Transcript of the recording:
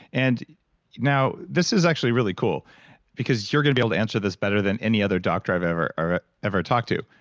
and now this is actually really cool because you're going to be able to answer this better than any other doctor i've ever ah ever talked to.